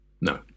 No